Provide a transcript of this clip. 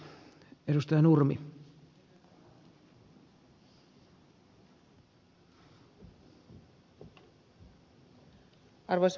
arvoisa puhemies